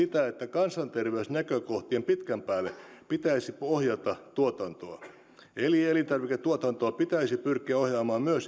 kansanterveysnäkökohtien pitkän päälle pitäisi ohjata tuotantoa eli elintarviketuotantoa pitäisi pyrkiä ohjaamaan myös